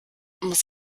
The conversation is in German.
muss